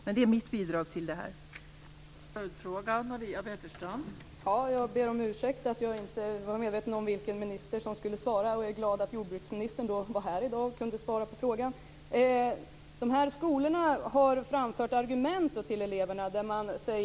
Det är mitt bidrag i detta sammanhang.